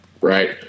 Right